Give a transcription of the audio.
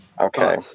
Okay